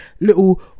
little